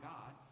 God